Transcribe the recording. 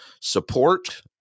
support